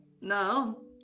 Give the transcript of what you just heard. No